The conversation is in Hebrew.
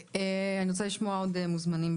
אני רוצה לשמוע עוד מוזמנים.